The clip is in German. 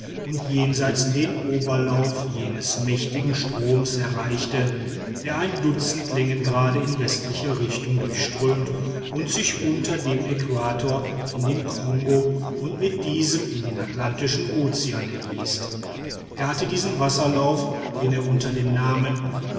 und jenseits den oberlauf jenes mächtigen stroms erreichte der ein dutzend längengrade in westlicher richtung durchströmt und sich unter dem äquator in den kongo und mit diesem in den atlantischen ozean ergießt er hat diesen wasserlauf den er unter dem namen